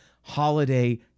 holiday